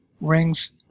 rings